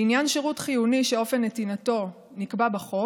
לעניין שירות חיוני שאופן נתינתו נקבע בחוק